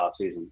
offseason